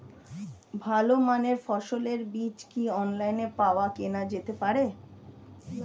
ভালো মানের ফসলের বীজ কি অনলাইনে পাওয়া কেনা যেতে পারে?